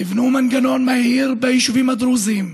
תבנו מנגנון מהיר ביישובים הדרוזיים,